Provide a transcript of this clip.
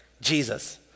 Jesus